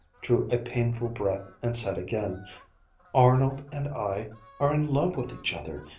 drew a painful breath, and said again arnold and i are in love with each other.